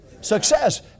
Success